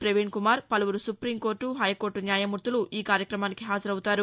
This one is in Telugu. ప్రవీణ్ కుమార్ పలువురు సుపీంకోర్టు హైకోర్టు న్యాయమూర్తులు ఈ కార్యక్రమానికి హాజరవుతారు